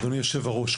אדוני היושב-ראש,